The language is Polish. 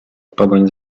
pogoń